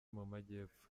mumajyepfo